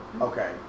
Okay